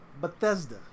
Bethesda